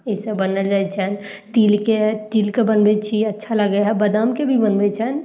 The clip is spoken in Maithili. ई सभ बनाओल जाइ छनि तिलके तिलके बनबय छी अच्छा लागय हइ बादामके भी बनबय छनि